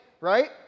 right